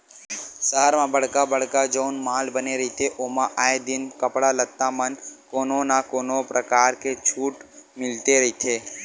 सहर म बड़का बड़का जउन माल बने रहिथे ओमा आए दिन कपड़ा लत्ता म कोनो न कोनो परकार के छूट मिलते रहिथे